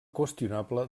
qüestionable